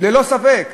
ללא ספק.